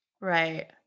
Right